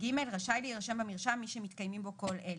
רשאי להירשם במרשם מי שמתקיימים בו כל אלה: